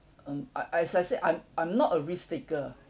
um I as I said I'm I'm not a risk taker